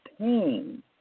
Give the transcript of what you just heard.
pain